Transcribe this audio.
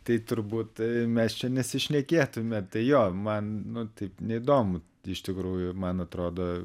tai turbūt mes čia nesišnekėtume tai jo man nu taip neįdomu tai iš tikrųjų man atrodo